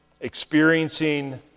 Experiencing